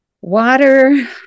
Water